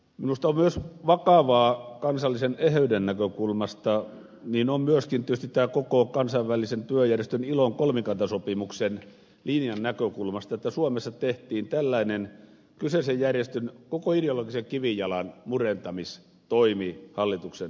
minusta on myös vakavaa kansallisen eheyden näkökulmasta myöskin tietysti koko kansainvälisen työjärjestön ilon kolmikantasopimuksen linjan näkökulmasta että suomessa tehtiin tällainen kyseisen järjestön koko ideologisen kivijalan murentamistoimi hallituksen taholta